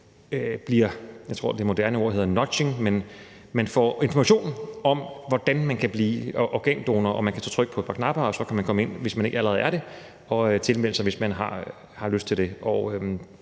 man – jeg tror, det moderne ord hedder nudging – får information om, hvordan man kan blive organdonor. Man kan så trykke på et par knapper og man kan komme ind, hvis man ikke allerede er det, og tilmelde sig, hvis man har lyst til det,